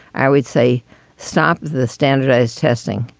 i would say stop the standardized testing.